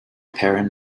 parent